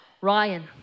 Ryan